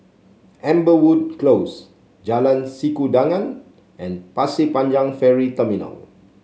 Amberwood Close Jalan Sikudangan and Pasir Panjang Ferry Terminal